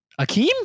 Akeem